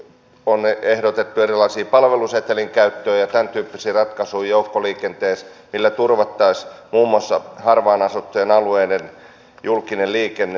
on ehdotettu erilaisia palvelusetelin käyttöä ja tämän tyyppisiä ratkaisuja joukkoliikenteessä millä turvattaisiin muun muassa harvaan asuttujen alueiden julkinen liikenne